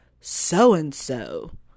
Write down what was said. so-and-so